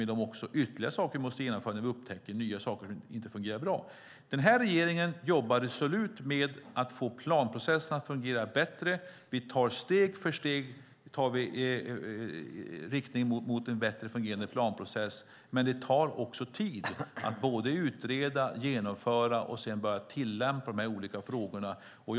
Det gäller även sådant som vi senare upptäcker inte fungerar bra. Regeringen jobbar resolut för att få planprocessen att fungera bättre. Steg för steg går vi mot en bättre fungerande planprocess, men det tar tid att utreda, genomföra och sedan börja tillämpa de olika delarna.